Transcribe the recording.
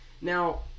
Now